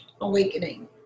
awakening